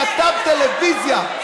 כשאני מצביע בקריאה ראשונה על החוק,